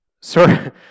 Sorry